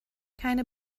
keine